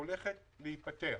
הולכת להיפתר